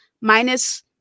minus